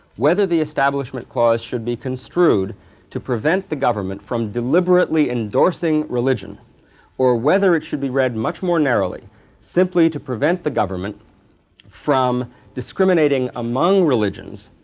whether the establishment clause should be construed to prevent the government from deliberately endorsing religion or whether it should be read much more narrowly simply to prevent the government from discriminating among religions